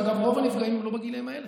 אגב, רוב הנפגעים הם לא בגילים האלה.